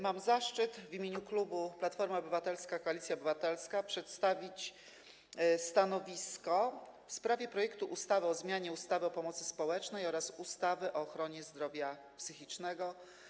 Mam zaszczyt w imieniu klubu Platforma Obywatelska - Koalicja Obywatelska przedstawić stanowisko w sprawie projektu ustawy o zmianie ustawy o pomocy społecznej oraz ustawy o ochronie zdrowia psychicznego.